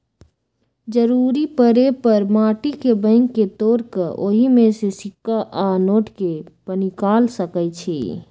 जरूरी परे पर माटी के बैंक के तोड़ कऽ ओहि में से सिक्का आ नोट के पनिकाल सकै छी